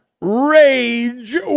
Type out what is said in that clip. Rage